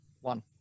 one